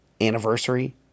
anniversary